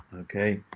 okay.